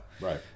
Right